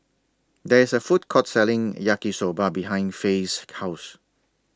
There IS A Food Court Selling Yaki Soba behind Faye's House